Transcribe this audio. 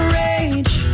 rage